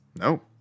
No